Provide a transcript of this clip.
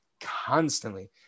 constantly